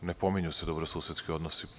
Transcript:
Ne pominju se dobrosusedski odnosi.